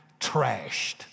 trashed